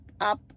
up